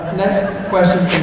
next question